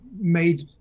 made